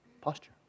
posture